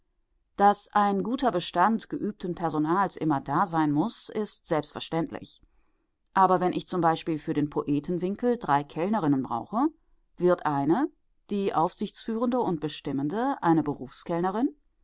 daß ein guter bestand geübten personals immer dasein muß ist selbstverständlich aber wenn ich z b für den poetenwinkel drei kellnerinnen brauche wird eine die aufsichtführende und bestimmende eine